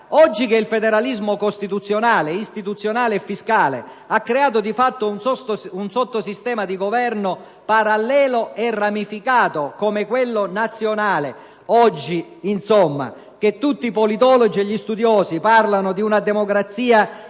Oggi che il federalismo costituzionale, istituzionale e fiscale ha creato, di fatto, un sottosistema di governo parallelo e ramificato come quello nazionale; oggi che tutti i politologi e gli studiosi parlano di una democrazia